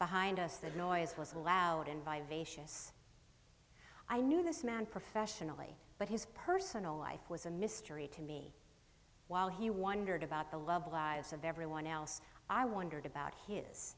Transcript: behind us that noise was allowed in by v a ships i knew this man professionally but his personal life was a mystery to me while he wondered about the love lives of everyone else i wondered about his